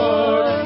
Lord